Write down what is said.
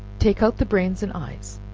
take out the brains and eyes,